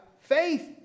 faith